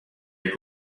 your